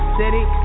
city